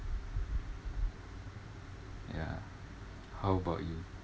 ya how about you